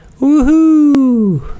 Woohoo